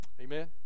Amen